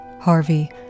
Harvey